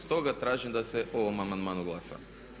Stoga tražim da se o ovom amandmanu glasa.